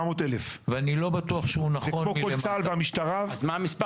400,000. ופה כל צה"ל והמשטרה --- אז מה המספר?